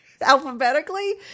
alphabetically